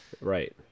Right